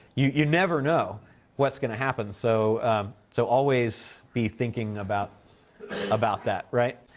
you never know what's gonna happen, so so always be thinking about about that, right?